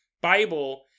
Bible